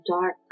dark